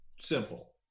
simple